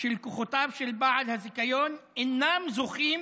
שלקוחותיו של בעל הזיכיון אינם זוכים